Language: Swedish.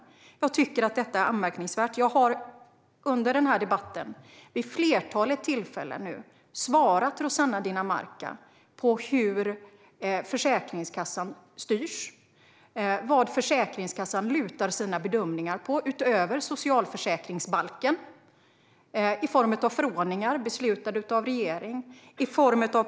Jag har under den här debatten vid ett flertal tillfällen svarat Rossana Dinamarca hur Försäkringskassan styrs och vad Försäkringskassan lutar sina bedömningar mot. Utöver socialförsäkringsbalken gäller förordningar beslutade av regeringen.